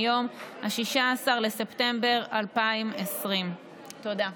מיום 16 בספטמבר 2020. תודה.